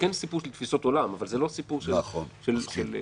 זה כן סיפור של תפיסות עולם אבל זה לא סיפור של פוליטיקה.